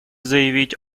заявить